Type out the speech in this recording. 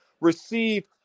receive